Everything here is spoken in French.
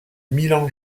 milan